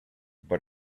but